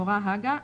הורה הג"א,